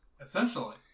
Essentially